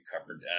covered